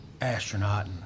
astronaut